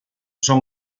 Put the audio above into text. son